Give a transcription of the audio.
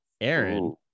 Aaron